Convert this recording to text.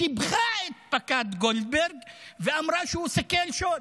שבה שיבחה את פקד גולדברג ואמרה שהוא סיכל שוד.